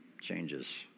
Changes